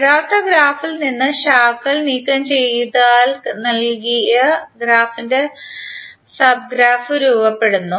യഥാർത്ഥ ഗ്രാഫിൽ നിന്ന് ശാഖകൾ നീക്കം ചെയ്താൽ നൽകിയ ഗ്രാഫിന്റെ സബ് ഗ്രാഫ് രൂപപ്പെടുന്നു